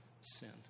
sinned